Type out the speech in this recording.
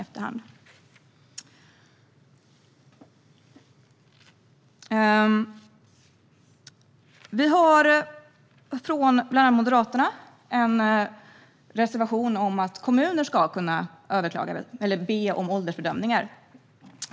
Bland annat Moderaterna har en reservation om att kommuner ska kunna be om åldersbedömningar.